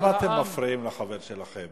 למה אתם מפריעים לחבר שלכם,